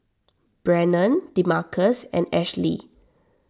Brannon Demarcus and Ashli